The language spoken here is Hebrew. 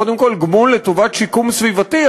קודם כול גמול לטובת שיקום סביבתי,